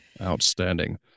Outstanding